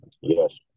Yes